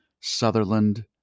Sutherland